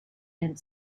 and